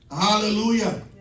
Hallelujah